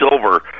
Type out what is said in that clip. Silver